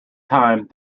time